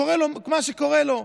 קורה לו מה שקורה לו,